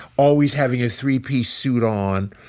always having a three-piece suit on.